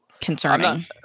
concerning